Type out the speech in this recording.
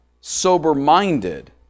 sober-minded